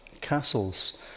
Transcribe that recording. castles